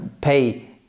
pay